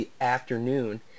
afternoon